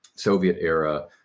soviet-era